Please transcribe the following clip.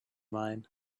mine